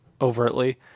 overtly